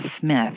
Smith